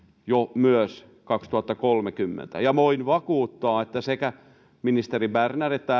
jo kaksituhattakolmekymmentä ja voin vakuuttaa että sekä ministeri berner että